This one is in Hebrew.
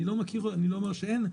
אני לא אומר שאין,